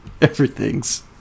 Everything's